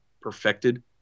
perfected